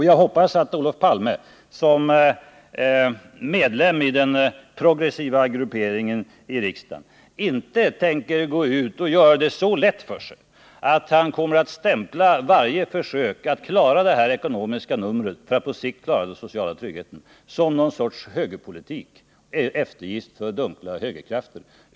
Jag hoppas att Olof Palme som medlem i den progressiva grupperingen i riksdagen inte tänker göra det så lätt för sig att han stämplar varje försök att klara det här ekonomiska numret för att på sikt rädda den sociala tryggheten som något slags högerpolitik, en eftergift för dunkla högerkrafter.